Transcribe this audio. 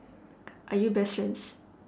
are you best friends